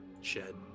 shed